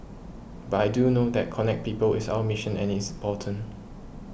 but I do know that connect people is our mission and it's important